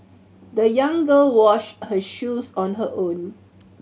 the young girl washed her shoes on her own